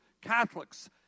Catholics